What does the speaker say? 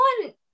one